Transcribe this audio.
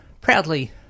proudly